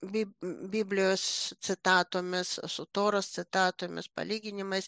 bib biblijos citatomis su toros citatomis palyginimais